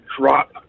drop